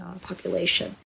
population